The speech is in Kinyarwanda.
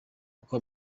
uko